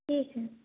ठीक है